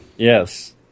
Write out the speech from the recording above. Yes